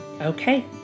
Okay